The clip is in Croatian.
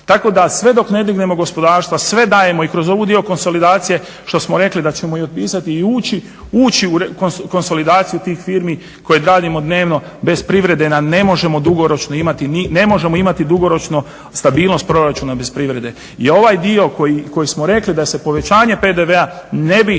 Tako da sve dok ne dignemo gospodarstva, sve dajemo i kroz udio konsolidacije što smo rekli da ćemo i otpisati i ući u konsolidaciju tih firmi …/Govornik se ne razumije./… dnevno bez privrede ne može dugoročno imati, ne možemo imati dugoročno stabilnost proračuna bez privrede. I ovaj dio koji smo rekli da se povećanje PDV-a ne bi,